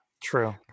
True